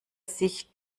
sich